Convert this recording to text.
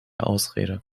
ausrede